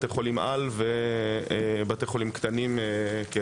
בתי חולים על ובתי חולים קטנים כאחד.